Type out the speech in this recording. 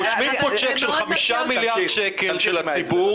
רושמים פה צ'ק של חמישה מיליארד שקלים של הציבור